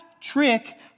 trick